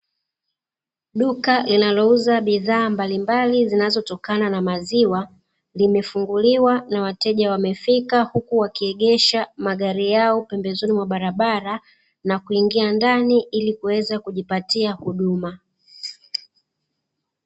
Duka linalouza bidha mbalimbali zitokanazo na maziwa lipo wazi huku wateja wakiwa wamepaki magari yao kwaajili ya kupata bidhaa za maziwa